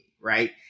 Right